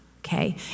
okay